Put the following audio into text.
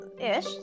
Ish